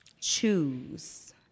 choose